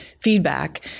feedback